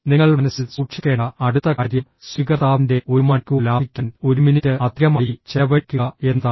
നിങ്ങൾ മനസ്സിൽ സൂക്ഷിക്കേണ്ട അടുത്ത കാര്യം സ്വീകർത്താവിന്റെ ഒരു മണിക്കൂർ ലാഭിക്കാൻ ഒരു മിനിറ്റ് അധികമായി ചെലവഴിക്കുക എന്നതാണ്